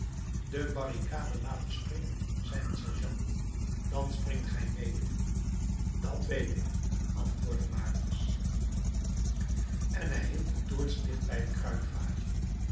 de barricade laten springen zei een sergeant dan springt gij mede dat weet ik antwoordde marius en hij hield de toorts dicht bij het kruitvaatje